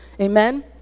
amen